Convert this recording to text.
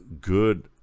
good